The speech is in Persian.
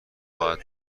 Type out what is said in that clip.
خواهم